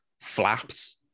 flapped